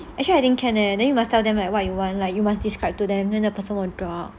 actually I think can leh then you must tell them [what] you want like you must describe to them then the person will draw out